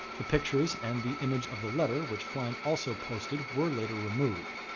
the pictures and the image of the letter, which flynn also posted, were later removed.